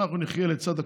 אנחנו נחיה לצד הקורונה,